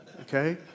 Okay